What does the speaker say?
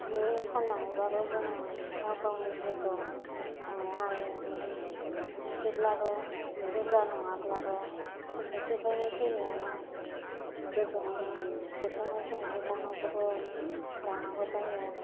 जि फान्नानैबाबो जों गाव गावनि जिउखौ बोखांनो हायो एसेब्लाबो बुरजा नङाब्लाबो थाइसे थाइनै फैनायानो बोजोंनि बेखायनो जों जि दानायखौबो लानांगौ जायो